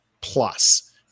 plus